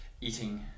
eating